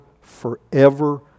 forever